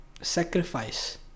sacrifice